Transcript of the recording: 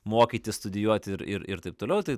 mokytis studijuoti ir ir taip toliau tai